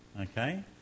Okay